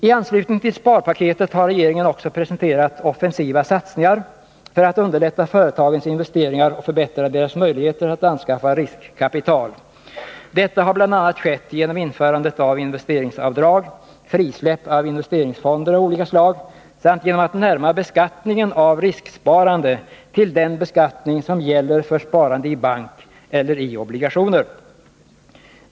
I anslutning till sparpaketet har regeringen också presenterat offensiva satsningar för att underlätta företagens investeringar och förbättra deras möjligheter att anskaffa riskkapital. Detta har bl.a. skett genom införandet av investeringsavdrag, frisläpp av investeringsfonder av olika slag samt genom att närma beskattningen av risksparande till den beskattning som gäller för sparande i bank eller i obligationer.